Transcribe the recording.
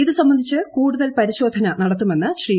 ഇത് സംബന്ധിച്ച് കൂടുതൽ പരിശോധന നടത്തുമെന്ന് പൂർവ് ശീ